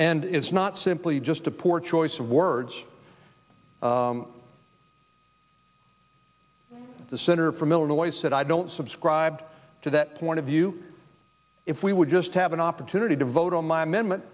and it's not simply just a poor choice of words the senator from illinois said i don't subscribe to that point of view if we would just have an opportunity to vote on my m